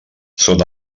són